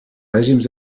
règims